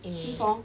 T four